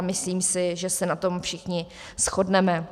Myslím si, že se na tom všichni shodneme.